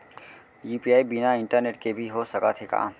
UPI बिना internet के भी हो सकत हे का?